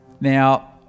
Now